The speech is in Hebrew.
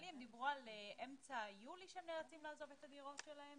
נדמה לי שהם דיברו על אמצע יולי שהם נאלצים לעזוב את הדירות שלהם